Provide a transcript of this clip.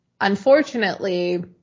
unfortunately